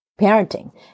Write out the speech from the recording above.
parenting